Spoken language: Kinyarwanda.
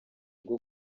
rwo